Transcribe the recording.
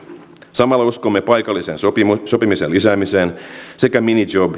samalla uskomme paikallisen sopimisen sopimisen lisäämiseen sekä minijob